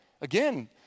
Again